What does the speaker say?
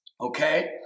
okay